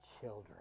children